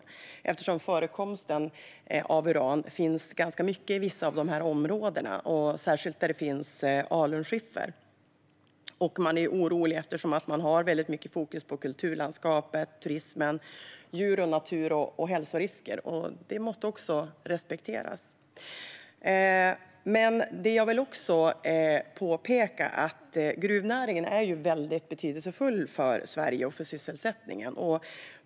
Det förekommer nämligen ganska mycket uran i vissa av dessa områden, särskilt där det finns alunskiffer. De är oroliga eftersom de har starkt fokus på kulturlandskapet, turismen, djur och natur samt hälsorisker, och detta måste också respekteras. Jag vill påpeka att gruvnäringen är väldigt betydelsefull för Sverige och för sysselsättningen.